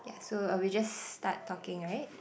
yes so uh we just start talking right